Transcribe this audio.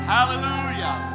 Hallelujah